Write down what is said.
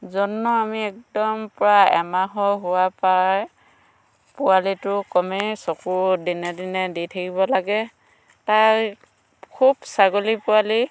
যত্ন আমি একদম প্ৰায় এমাহৰ হোৱাৰ পৰাই পোৱালিটোক আমি চকু দিনে দিনে দি থাকিব লাগে তাৰ খুব ছাগলী পোৱালি